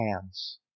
hands